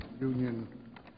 Union